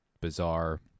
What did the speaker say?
bizarre